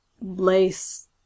lace